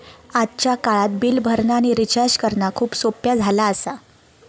आजच्या काळात बिल भरणा आणि रिचार्ज करणा खूप सोप्प्या झाला आसा